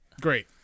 Great